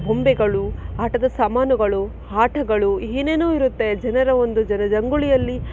ಗೊಂಬೆಗಳು ಆಟದ ಸಾಮಾನುಗಳು ಆಟಗಳು ಏನೇನೊ ಇರುತ್ತೆ ಜನರ ಒಂದು ಜನಜಂಗುಳಿಯಲ್ಲಿ